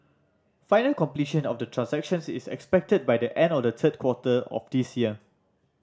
final completion of the transactions is expected by the end of the third quarter of this year